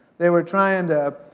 they were trying to